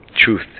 truth